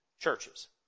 churches